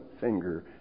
finger